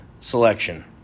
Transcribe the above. selection